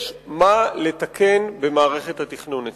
יש מה לתקן במערכת התכנון אצלנו.